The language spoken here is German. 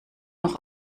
noch